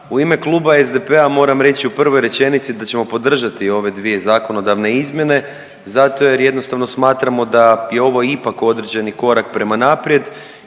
U ime Kluba SDP-a moram reći u prvoj rečenici da ćemo podržati ove dvije zakonodavne izmjene zato jer jednostavno smatramo da je ovo ipak određeni korak prema naprijed